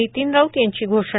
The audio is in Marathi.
नितिन राऊत यांची घोषणा